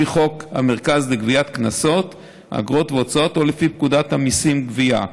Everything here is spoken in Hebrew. לפי חוק המרכז לגביית קנסות אגרות והוצאות או לפי פקודת המיסים (גבייה),